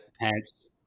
pants